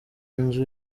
inzu